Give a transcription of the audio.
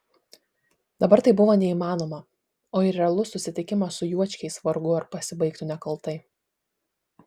dabar tai buvo neįmanoma o ir realus susitikimas su juočkiais vargu ar pasibaigtų nekaltai